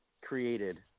created